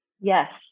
Yes